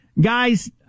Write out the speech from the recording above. Guys